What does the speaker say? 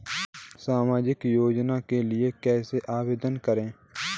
सामाजिक योजना के लिए कैसे आवेदन करें?